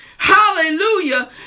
Hallelujah